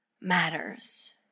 matters